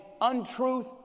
untruth